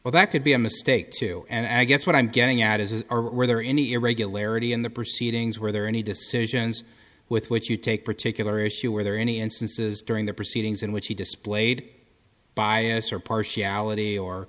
well that could be a mistake too and i guess what i'm getting at is is there any irregularity in the proceedings where there are any decisions with which you take particular issue where there are any instances during the proceedings in which he displayed bias or partiality or